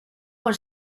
por